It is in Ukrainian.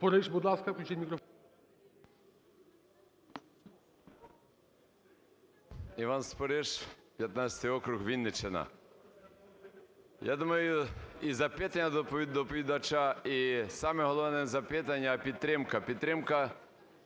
Іван Спориш, 15 округ, Вінниччина. Я думаю, і запитання до доповідача, і саме головне, не запитання, а підтримка,